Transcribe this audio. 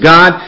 God